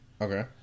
okay